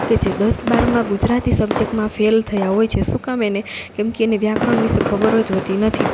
કે જે દસ બારમાં ગુજરાતી સબ્જેક્ટમાં ફેલ થયા હોય છે શું કામ એને કેમકે એને વ્યાકરણ વિશે ખબર જ હોતી નથી